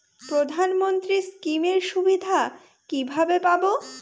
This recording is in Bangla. প্রধানমন্ত্রী স্কীম এর সুবিধা কিভাবে পাবো?